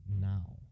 now